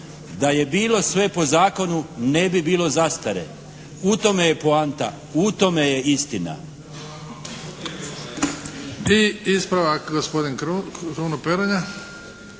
Da je bilo sve po zakonu ne bi bilo zastare. U tome je poanta. U tome je istina.